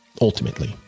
Ultimately